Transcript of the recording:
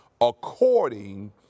according